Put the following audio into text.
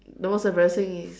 the most embarrassing is